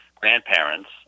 grandparents